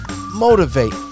motivate